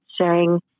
sharing